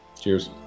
cheers